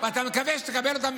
היית שר הביטחון.